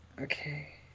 Okay